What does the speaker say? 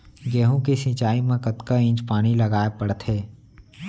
गेहूँ के सिंचाई मा कतना इंच पानी लगाए पड़थे?